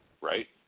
right